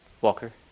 Walker